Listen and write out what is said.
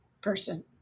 person